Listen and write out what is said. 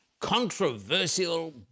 controversial